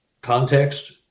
context